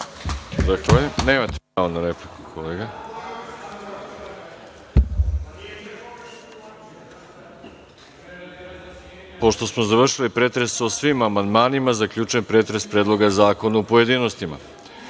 Zahvaljujem. Nemate pravo na repliku, kolega. Pošto smo završili pretres o svim amandmanima, zaključujem pretres predloga zakona u pojedinostima. Pošto